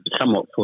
somewhat